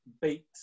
beat